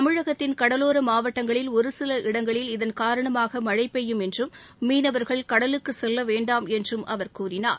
தமிழகத்தின் கடலோர மாவட்டங்களில் ஒருசில இடங்களில் இதன்காரணமாக மழை பெய்யும் என்றும் மீனவர்கள் கடலுக்கு செல்லவேண்டாம் என்றும் அவர் கூறினார்